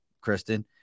Kristen